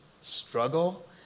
struggle